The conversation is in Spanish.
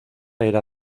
era